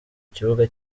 ikibuga